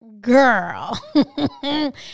Girl